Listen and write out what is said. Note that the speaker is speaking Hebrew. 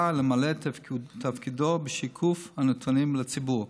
ולמלא את תפקידו בשיקוף הנתונים לציבור.